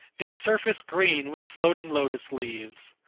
its surface green with floating lotus leaves.